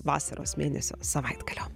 vasaros mėnesio savaitgalio